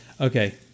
Okay